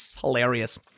hilarious